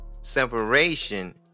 Separation